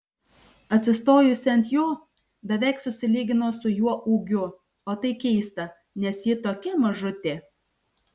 atsistojusi ant jo beveik susilygino su juo ūgiu o tai keista nes ji tokia mažutė